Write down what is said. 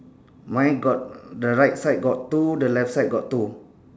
mine got the right side got two the left side got two